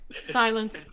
Silence